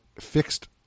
fixed